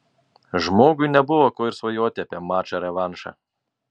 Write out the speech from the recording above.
žmogui nebuvo ko ir svajoti apie mačą revanšą